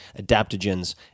adaptogens